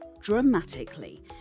dramatically